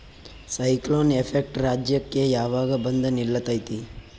Cyclone effect ರಾಜ್ಯಕ್ಕೆ ಯಾವಾಗ ಬಂದ ನಿಲ್ಲತೈತಿ?